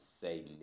say